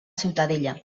ciutadella